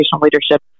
leadership